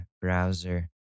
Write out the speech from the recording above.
browser